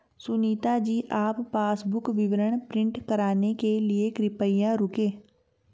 सुनीता जी आप पासबुक विवरण प्रिंट कराने के लिए कृपया रुकें